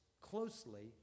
closely